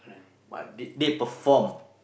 but they they perform